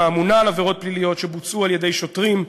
האמונה על עבירות פליליות שבוצעו על-ידי שוטרים.